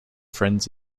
friends